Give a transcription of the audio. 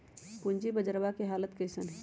पूंजी बजरवा के हालत कैसन है?